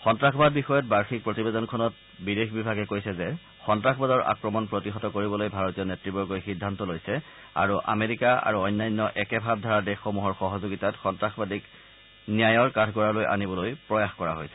সন্তাসবাদৰ বিষয়ত বাৰ্ষিকী প্ৰতিবেদনখনত বিদেশ বিভাগে কৈছে যে সন্তাসবাদৰ আক্ৰমণ প্ৰতিহত কৰিবলৈ ভাৰতীয় নেতৃবগই সিদ্ধান্ত লৈছে আৰু আমেৰিকা আৰু অন্যান্য একে ভাৱধাৰাৰ দেশসমূহৰ সহযোগিতাত সন্তাসবাদীহতক ন্যায়ৰ কাঠগড়ালৈ আনিবলৈ প্ৰয়াস কৰা হৈছে